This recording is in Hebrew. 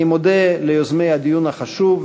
אני מודה ליוזמי הדיון החשוב,